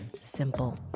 simple